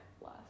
less